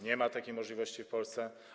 Nie ma takiej możliwości w Polsce.